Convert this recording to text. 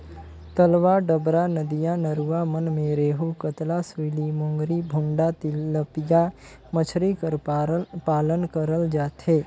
तलवा डबरा, नदिया नरूवा मन में रेहू, कतला, सूइली, मोंगरी, भुंडा, तेलपिया मछरी कर पालन करल जाथे